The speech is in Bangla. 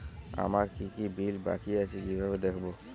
আমার কি কি বিল বাকী আছে কিভাবে দেখবো?